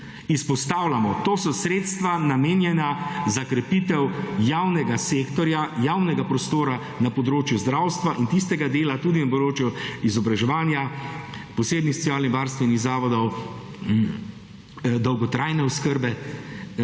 Izpostavljamo, to so sredstva namenjena za krepitev javnega sektorja, javnega prostora na področju zdravstva in tistega dela, tudi na področju izobraževanja, posebnih ali varstvenih zavodov, dolgotrajne oskrbe,